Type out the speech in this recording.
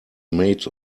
made